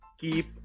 keep